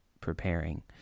preparing